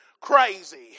crazy